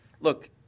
Look